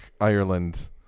Ireland